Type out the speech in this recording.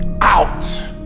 out